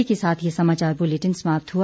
इसी के साथ ये समाचार बुलेटिन समाप्त हुआ